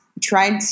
tried